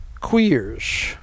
queers